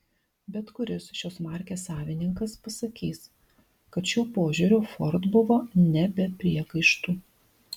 bet kuris šios markės savininkas pasakys kad šiuo požiūriu ford buvo ne be priekaištų